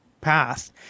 path